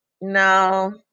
No